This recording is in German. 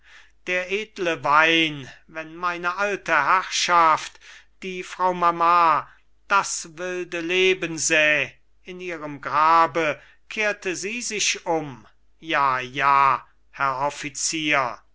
der edle wein wenn meine alte herrschaft die frau mama das wilde leben säh in ihrem grabe kehrte sie sich um ja ja herr